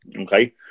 Okay